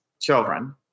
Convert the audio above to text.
children